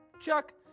Chuck